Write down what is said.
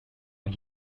one